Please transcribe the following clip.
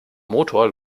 motor